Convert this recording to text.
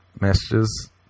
messages